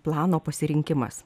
plano pasirinkimas